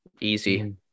easy